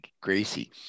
Gracie